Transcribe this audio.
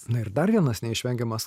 na ir dar vienas neišvengiamas